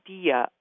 idea